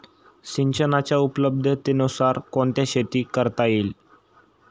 सिंचनाच्या उपलब्धतेनुसार कोणत्या शेती करता येतील?